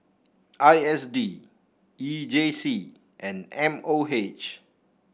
I S D E J C and M O H